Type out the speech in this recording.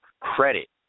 credit